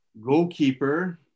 Goalkeeper